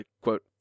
quote